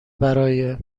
برای